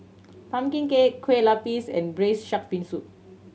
pumpkin cake kue lupis and braise shark fin soup